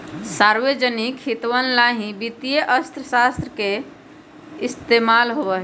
सार्वजनिक हितवन ला ही वित्तीय अर्थशास्त्र के इस्तेमाल होबा हई